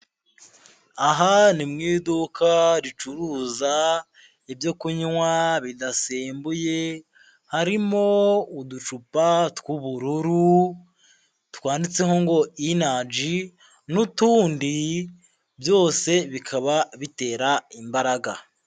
Aha ni mu iduka ricuruza ibyo kunywa bidasembuye, harimo uducupa tw'ubururu twanditseho ngo Energy n'utundi, byose bikaba bitera imbaraga.